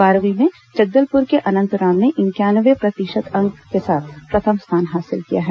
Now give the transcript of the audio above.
बारहवीं में जगदलपुर के अनंत राम ने इंक्यानवे प्रतिशत अंक के साथ प्रथम स्थान हासिल किया है